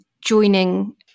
joining